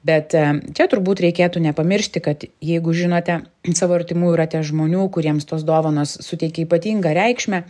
bet čia turbūt reikėtų nepamiršti kad jeigu žinote savo artimųjų rate žmonių kuriems tos dovanos suteikia ypatingą reikšmę